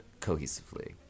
cohesively